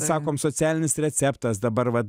sakom socialinis receptas dabar vat